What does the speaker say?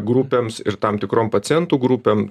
grupėms ir tam tikrom pacientų grupėm